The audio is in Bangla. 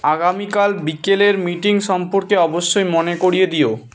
আগামীকাল বিকেলের মিটিং সম্পর্কে অবশ্যই মনে করিয়ে দিও